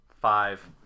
five